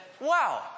wow